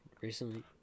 recently